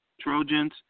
Trojans